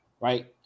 right